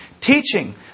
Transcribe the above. Teaching